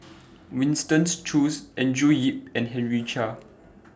Winston Choos Andrew Yip and Henry Chia